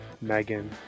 Megan